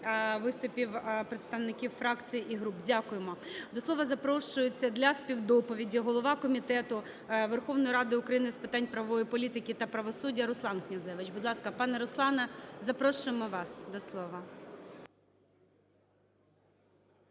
виступів представників фракцій і груп. Дякуємо. До слова запрошується для співдоповіді голова Комітету Верховної Ради України з питань правової політики та правосуддя Руслан Князевич. Будь ласка, пане Руслане, запрошуємо вас до слова.